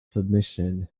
submission